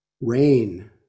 rain